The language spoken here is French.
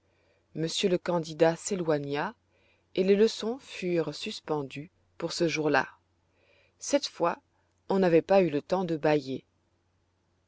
monsieur le candidat s'éloigna et les leçons furent suspendues pour ce jour-là cette fois on n'avait pas eu le temps de bailler